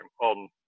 on